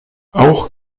auch